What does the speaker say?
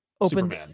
open